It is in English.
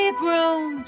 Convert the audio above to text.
broom